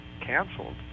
canceled